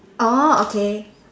orh okay